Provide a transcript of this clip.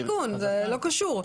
זה לא קשור.